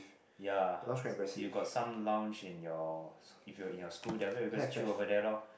ya you got some lounge in your if you in your school then after that just chill over there lor